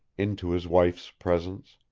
into his wife's presence.